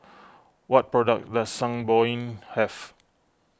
what products does Sangobion have